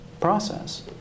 process